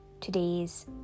today's